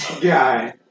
Guy